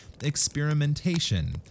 experimentation